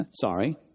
Sorry